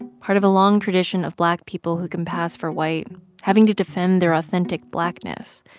part of a long tradition of black people who can pass for white having to defend their authentic blackness.